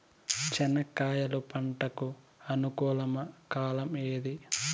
చెనక్కాయలు పంట కు అనుకూలమా కాలం ఏది?